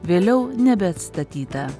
vėliau nebeatstatyta